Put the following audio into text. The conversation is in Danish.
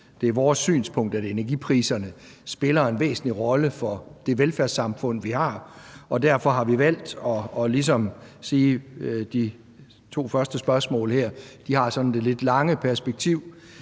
Det er vores synspunkt, at energipriserne spiller en væsentlig rolle for det velfærdssamfund, vi har, og derfor har vi valgt, at de to første spørgsmål her har det sådan lidt lange perspektiv,